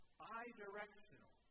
bi-directional